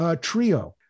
trio